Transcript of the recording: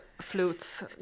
flutes